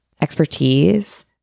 expertise